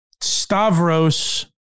Stavros